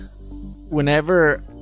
whenever